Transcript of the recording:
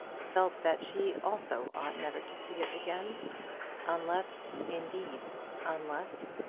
felt that she also ought never to see it again unless, indeed unless